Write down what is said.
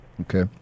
Okay